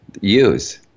use